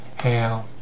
Hail